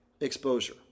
exposure